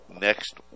next